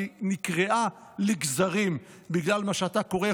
כי היא נקרעה לגזרים בגלל מה שאתה קורא לו